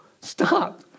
stop